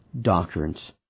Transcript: doctrines